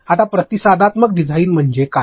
आता प्रतिसादात्मक डिझाइन म्हणजे काय